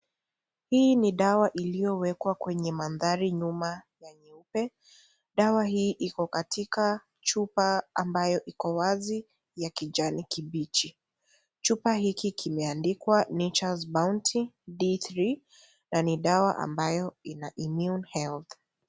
Hii ni dawa iliyowekwa kwenye manthari nyuma ya nyeupe, dawa hii iko katika chupa ambayo iko wazi, ya kijani kibichi, chupa hiki kimeandikwa(cs)natures bounty D3(cs), na ni dawa ambayo ina (cs)immune health(cs).